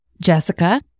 Jessica